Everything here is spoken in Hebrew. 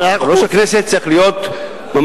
יושב-ראש הכנסת צריך להיות ממלכתי,